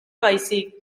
baizik